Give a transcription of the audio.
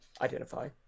Identify